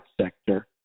sector